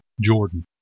Jordan